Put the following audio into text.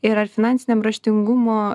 ir ar finansiniam raštingumo